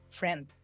friend